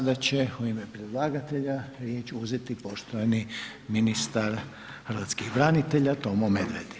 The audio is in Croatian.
Sada će u ime predlagatelja riječ uzeti poštovani ministar hrvatski branitelja Tomo Medved.